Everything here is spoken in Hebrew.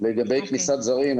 לגבי כניסת זרים,